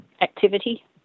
activity